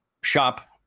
shop